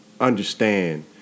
understand